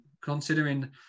considering